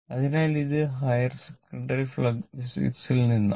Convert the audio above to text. അതിനാൽ ഇത് higher secondary ഫിസിക്സിൽ നിന്നാണ്